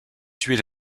tuer